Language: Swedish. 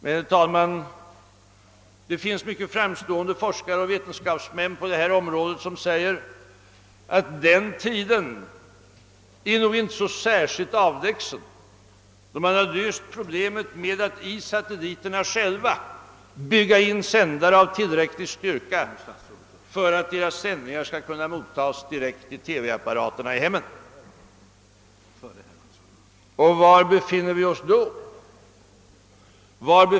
Men, herr talman, det finns mycket framstående forskare och vetenskapsmän på detta område som säger att den tiden nog inte är så särskilt avlägsen då man har löst problemet med att i satelliterna själva bygga in sändare med tillräcklig styrka för att deras sändningar skall kunna mottas direkt i TV-apparaterna i hemmen. Var befinner vi oss då?